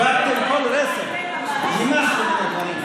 יש גבול למה שאני מוכן לסבול מעל הדוכן הזה.